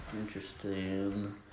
interesting